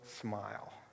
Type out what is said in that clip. smile